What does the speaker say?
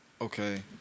Okay